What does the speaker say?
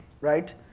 right